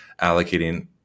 allocating